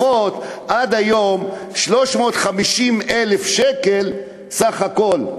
התרופות עד היום הוא 350 מיליון שקל סך הכול,